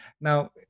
now